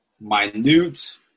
minute